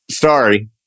Sorry